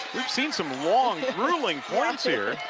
we've seen some long growuelingpoints here.